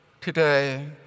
today